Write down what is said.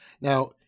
Now